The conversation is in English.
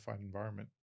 environment